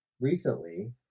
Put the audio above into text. Recently